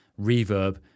reverb